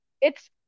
It's-